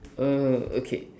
uh okay